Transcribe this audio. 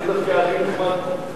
דווקא היה לי נחמד פה.